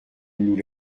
nous